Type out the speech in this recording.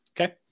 okay